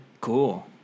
cool